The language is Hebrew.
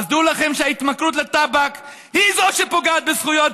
אז דעו לכם שההתמכרות לטבק היא שפוגעת בזכויות,